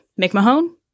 mcmahon